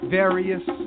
various